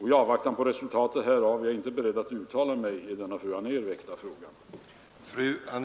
I avvaktan på resultatet härav är jag inte beredd att uttala mig i den av fru Anér väckta frågan.